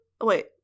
Wait